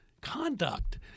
conduct